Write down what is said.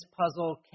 puzzle